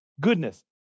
goodness